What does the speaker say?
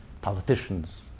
politicians